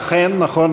נכון,